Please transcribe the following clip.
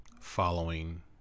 following